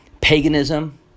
paganism